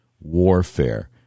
warfare